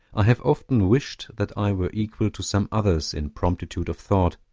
i have often wished that i were equal to some others in promptitude of thought,